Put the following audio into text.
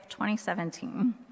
2017